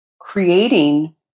creating